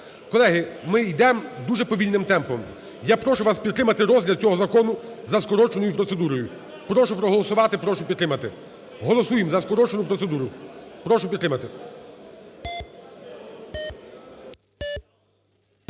Колеги, ми йдемо дуже повільним темпом. Я прошу вас підтримати розгляд цього закону за скороченою процедурою. Прошу проголосувати, прошу підтримати. Голосуємо за скорочену процедуру, прошу підтримати.